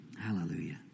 Hallelujah